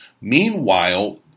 Meanwhile